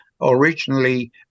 originally